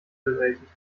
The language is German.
bewältigt